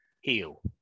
Heal